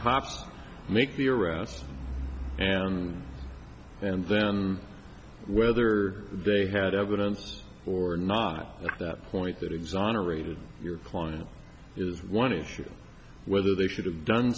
cops make the around and and then whether they had evidence or not the point that exonerated your client is one issue whether they should have done